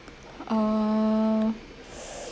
uh